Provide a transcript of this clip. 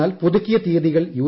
എന്നാൽ പുതുക്കിയ തീയതികൾ യൂ